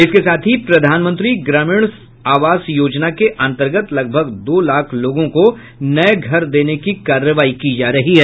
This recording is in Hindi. इसके साथ ही प्रधानमंत्री ग्रामीण आवास योजना के अंतर्गत लगभग दो लाख लोगों को नये घर देने की कार्रवाई की जा रही है